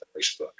Facebook